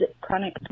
chronic